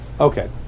Okay